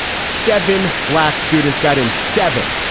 seven black students got in seven.